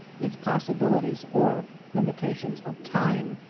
its possibilities, or lim itations of time.